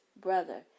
brother